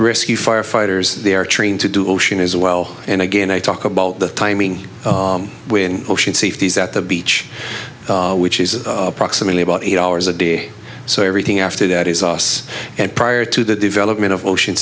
risky firefighters they are trained to do ocean as well and again i talk about the timing when ocean safety is at the beach which is approximately about eight hours a day so everything after that exhausts and prior to the development of ocean